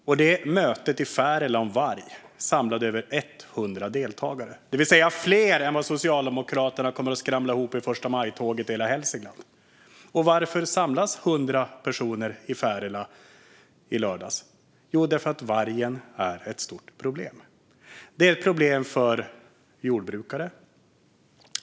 På det mötet i Färila om varg samlades över 100 deltagare, det vill säga fler än vad Socialdemokraterna kommer att skramla ihop vid förstamajtåget i hela Hälsingland. Varför samlades 100 personer i Färila i lördags? Jo, därför att vargen är ett stort problem. Det är ett problem för jordbrukare.